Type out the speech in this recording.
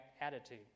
attitude